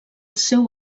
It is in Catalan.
seu